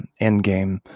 endgame